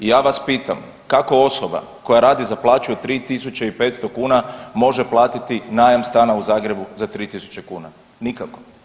I ja vas pitam kako osoba koja radi za plaću od 3.500 kuna može platiti najam stana u Zagrebu za 3.000 kuna, nikako.